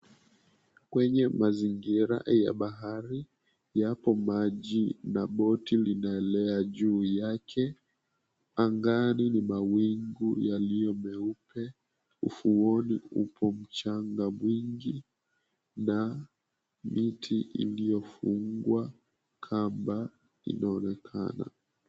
Kwenye mazingira ya bahari yapo maji na boti linaelea juu yake. Angani ni mawingu yaliyo meupe. Ufuoni upo mchanga mwingi na miti iliyofungwa kamba inaonekana.